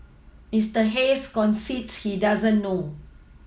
Mister Hayes concedes he doesn't know